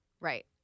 Right